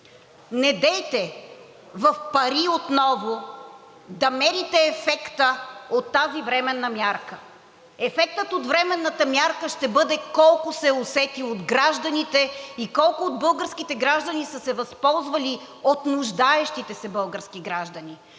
Недейте в пари отново да мерите ефекта от тази временна мярка. Ефектът от временната мярка ще бъде колко се е усетило от гражданите и колко от българските граждани са се възползвали – от нуждаещите се български граждани,